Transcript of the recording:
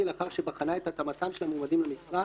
לאחר שבחנה את התאמתם של המועמדים למשרה: